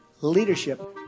leadership